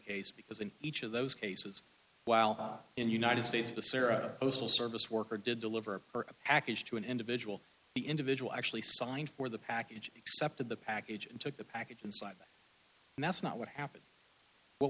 case because in each of those cases while in united states the sarah postal service worker did deliver a package to an individual the individual actually signed for the package accepted the package and took the package inside and that's not what happens what